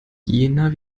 jener